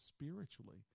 spiritually